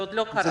זה עוד לא קרה.